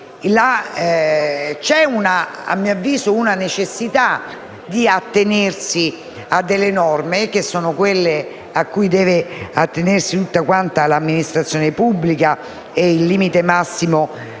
a mio avviso la necessità di attenersi a delle norme, che sono quelle cui deve attenersi tutta quanta l'amministrazione pubblica; mi riferisco al limite massimo